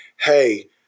hey